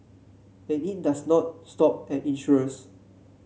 and it does not stop at insurers